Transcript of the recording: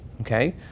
Okay